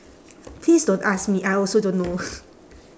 please don't ask me I also don't know